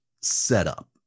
setup